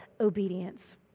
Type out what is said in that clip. obedience